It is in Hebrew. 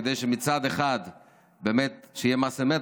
כדי שמצד אחד באמת שיהיה מס אמת,